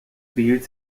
behielt